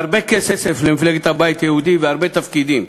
הרבה כסף למפלגת הבית היהודי והרבה תפקידים,